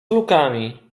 lukami